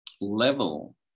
level